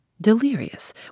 Delirious